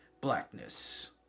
blackness